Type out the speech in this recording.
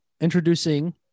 introducing